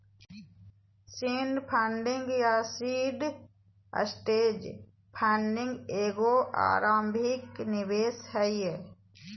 seed funding या seed stage funding एगो आरंभिक निवेश हइ